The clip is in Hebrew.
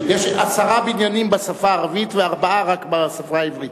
יש עשרה בניינים בשפה הערבית ורק ארבעה בשפה העברית.